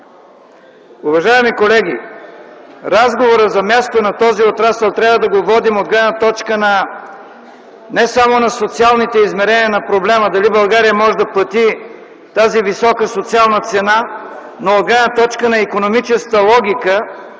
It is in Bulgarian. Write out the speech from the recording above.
Уважаеми колеги, разговорът за мястото на този отрасъл трябва да водим от гледна точка не само на социалните измерения на проблема дали България може да плати тази висока социална цена, но от гледна точка на икономическата логика